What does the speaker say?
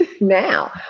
now